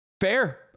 Fair